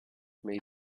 may